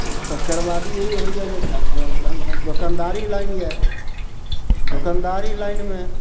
तकर बाद ई होइया जे दोकनदारी लाइन यऽ दोकनदारी लाइनमे